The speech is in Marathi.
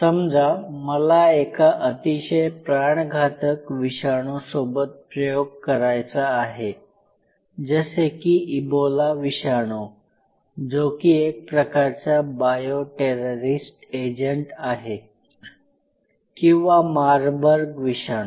समजा मला एका अतिशय प्राणघातक विषाणू सोबत प्रयोग करायचा आहे जसे की इबोला विषाणू जो की एक प्रकारचा बायोटेररिस्ट एजंट आहे किंवा मारबर्ग विषाणू